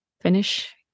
finish